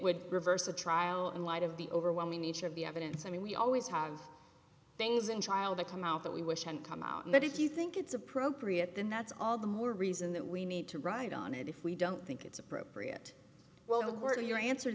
would reverse the trial in light of the overwhelming nature of the evidence i mean we always have things in child that come out that we wish had come out but if you think it's appropriate then that's all the more reason that we need to ride on it if we don't think it's appropriate well worth your answer